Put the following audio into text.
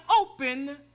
open